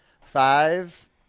five